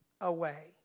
away